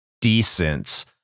decent